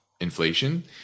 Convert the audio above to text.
inflation